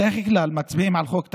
בדרך כלל מצביעים על חוק תקציב,